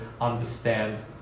understand